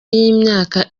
y’imyaka